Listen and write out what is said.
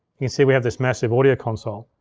you can see we have this massive audio console.